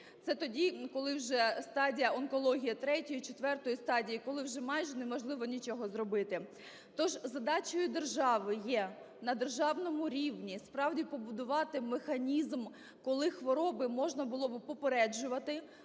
Це тоді, коли вже стадія онкології ІІІ-ІV стадії, коли вже майже неможливо нічого зробити. Тож задачею держави є на державному рівні справді побудувати механізм, коли хвороби можна було би попереджувати,